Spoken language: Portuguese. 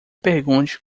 pergunte